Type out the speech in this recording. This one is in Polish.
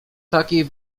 takiej